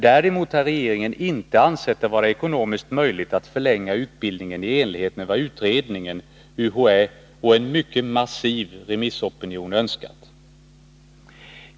Däremot har regeringen inte ansett det vara ekonomiskt möjligt att förlänga utbildningen i enlighet med vad utredningen, UHÄ och en massiv remissopinion önskat.